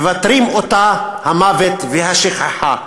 מבתרים אותה המוות והשכחה.